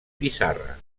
pissarra